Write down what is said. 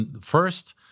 First